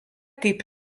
kaip